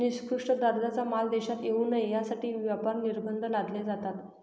निकृष्ट दर्जाचा माल देशात येऊ नये यासाठी व्यापार निर्बंध लादले जातात